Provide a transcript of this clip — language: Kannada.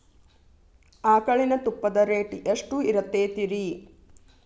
ಆಕಳಿನ ತುಪ್ಪದ ರೇಟ್ ಎಷ್ಟು ಇರತೇತಿ ರಿ?